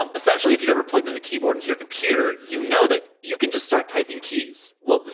um essentially, if you ever plugged in a keyboard into your computer, you know that you can just start typing keys. well,